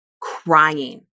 crying